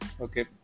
okay